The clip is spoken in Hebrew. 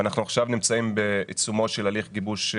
ועכשיו אנחנו נמצאים בעיצומו של הליך גיבוש של